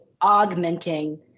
augmenting